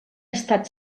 estat